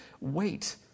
wait